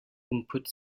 input